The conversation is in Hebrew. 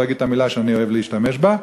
אני לא אגיד את המילה שאני אוהב להשתמש בה.